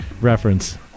reference